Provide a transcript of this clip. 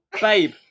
Babe